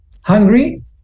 Hungry